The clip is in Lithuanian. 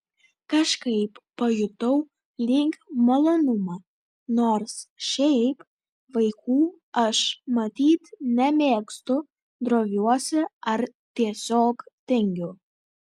kažkaip pajutau lyg malonumą nors šiaip vaikų aš matyt nemėgstu droviuosi ar tiesiog tingiu